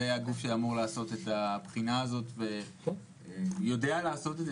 זה הגוף שאמור לעשות את הבחינה הזאת ויודע לעשות את זה,